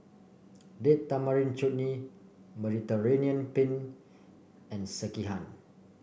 Date Tamarind Chutney Mediterranean Penne and Sekihan